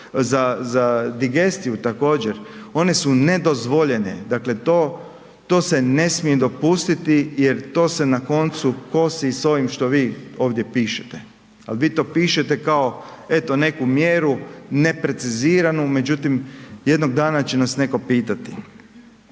za digestiju također one su nedozvoljene, dakle to se ne smije dopustiti jer to se na koncu kosi s ovim što vi ovdje pišete, al vi to pišete kao eto neku mjeru nepreciziranu, međutim jednog dana će nas netko pitati,